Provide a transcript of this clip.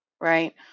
right